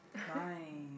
fine